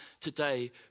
today